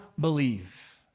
believe